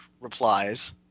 replies